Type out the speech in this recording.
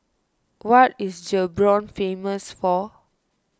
what is Gaborone famous for